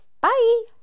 bye